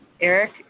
Eric